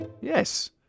Yes